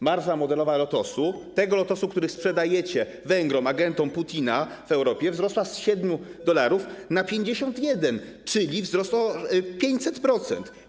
Marża modelowa Lotosu, tego Lotosu, który sprzedajecie Węgrom, agentom Putina w Europie, wzrosła z 7 dolarów do 51, czyli wzrosła 500%.